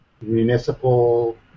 municipal